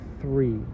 three